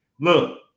look